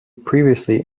previously